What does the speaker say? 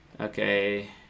Okay